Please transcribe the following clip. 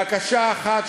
בקשה אחת,